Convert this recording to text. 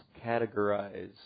categorize